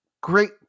Great